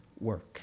work